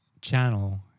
channel